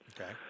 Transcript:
Okay